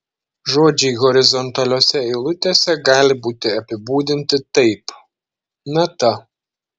žodžiai horizontaliose eilutėse gali būti apibūdinti taip nata